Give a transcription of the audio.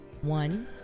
One